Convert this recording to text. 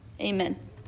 amen